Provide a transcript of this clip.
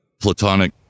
platonic